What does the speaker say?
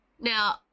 Now